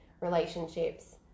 relationships